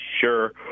sure